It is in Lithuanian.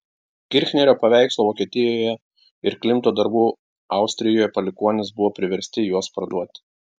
kirchnerio paveikslo vokietijoje ir klimto darbų austrijoje palikuonys buvo priversti juos parduoti